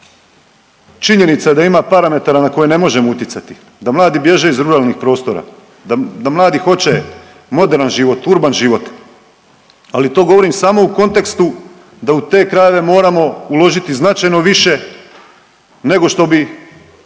Činjenica da ima parametara na koje ne možemo utjecati, da mladi bježe iz ruralnih prostora, da mladi hoće moderan život, urban život. Ali to govorim samo u kontekstu da u te krajeve moramo uložiti značajno više nego što bi